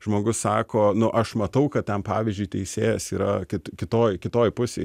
žmogus sako nu aš matau kad ten pavyzdžiui teisėjas yra kit kitoj kitoj pusėj